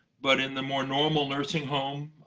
but in the more normal nursing home